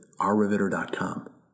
OurRiveter.com